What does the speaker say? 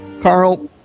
Carl